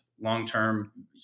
long-term